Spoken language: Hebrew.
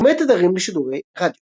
תחומי תדרים בשידורי רדיו